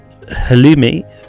halloumi